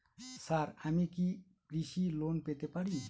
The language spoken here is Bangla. স্যার আমি কি কৃষি লোন পেতে পারি?